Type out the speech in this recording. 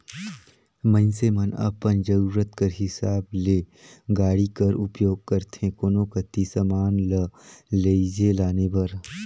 मइनसे मन अपन जरूरत कर हिसाब ले गाड़ी कर उपियोग करथे कोनो कती समान ल लेइजे लाने बर